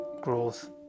growth